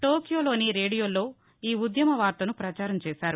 టోక్యోలోని రేడియోల్లో ఈ ఉద్యమ వార్తను ప్రచారం చేశారు